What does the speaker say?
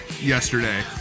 yesterday